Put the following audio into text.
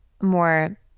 more